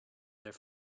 their